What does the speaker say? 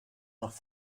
nach